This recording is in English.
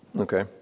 Okay